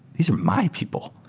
these are my people.